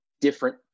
different